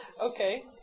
Okay